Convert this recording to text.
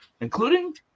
including